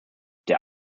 der